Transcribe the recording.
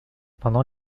pendant